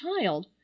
child